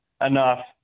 enough